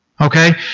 Okay